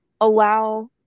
allow